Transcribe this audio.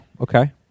Okay